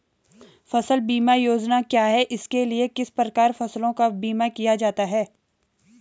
फ़सल बीमा योजना क्या है इसके लिए किस प्रकार फसलों का बीमा किया जाता है?